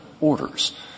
orders